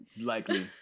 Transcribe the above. Likely